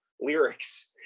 lyrics